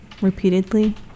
repeatedly